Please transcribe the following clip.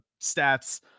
stats